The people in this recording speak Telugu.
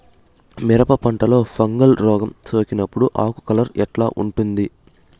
మిరప పంటలో ఫంగల్ రోగం సోకినప్పుడు ఆకు కలర్ ఎట్లా ఉంటుంది?